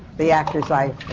the actor's life.